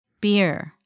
Beer